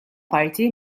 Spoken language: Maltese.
parti